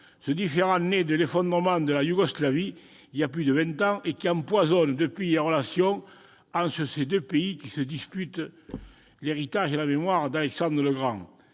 Ce différend, né de l'effondrement de la Yougoslavie, il y a plus de vingt ans, et qui empoisonne, depuis, les relations entre ces deux pays qui se disputent l'héritage et la mémoire d'Alexandre le Grand,